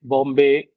Bombay